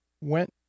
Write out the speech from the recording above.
Went